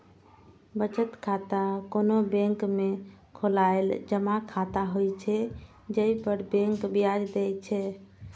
बचत खाता कोनो बैंक में खोलाएल जमा खाता होइ छै, जइ पर बैंक ब्याज दै छै